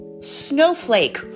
snowflake